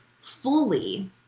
fully